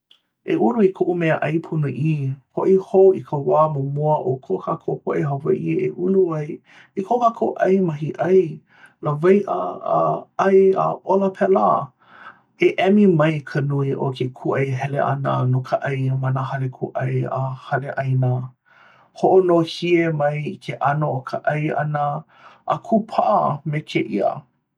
e ulu i koʻu mea ʻai ponoʻī! hoʻi hou i ka wā ma mua o ko kākou poʻe hawaiʻi a ulu i ko kākou ʻai mahiʻai, lawaiʻa a ʻai a ola pelā! e emi mai ka nui o ke kūʻai hele ʻana no ka ʻai ma nā hale kūʻai a hale ʻāina hoʻonohie mai i ke ʻano o ka ʻai ʻana a kūpaʻa me kēia